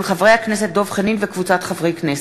מאת חבר הכנסת דב חנין וקבוצת חברי הכנסת,